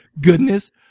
goodness